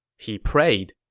he prayed.